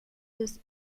des